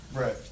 Right